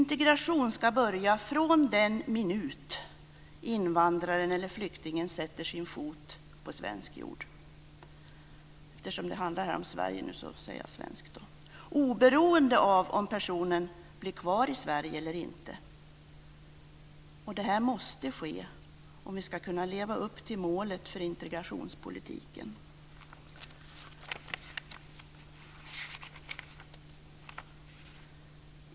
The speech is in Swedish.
Integration ska börja från den minut invandraren eller flyktingen sätter sin fot på svensk jord - eftersom det handlar om Sverige nu så säger jag "svensk" - oberoende av om personen blir kvar i Sverige eller inte. Detta måste ske om vi ska kunna leva upp till målet för integrationspolitiken.